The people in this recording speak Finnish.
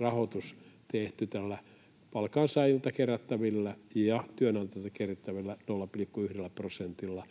rahoitus tehty tällä palkansaajilta kerättävällä ja työnantajilta kerättävällä 0,1 prosentilla,